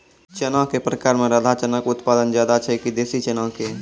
चना के प्रकार मे राधा चना के उत्पादन ज्यादा छै कि देसी चना के?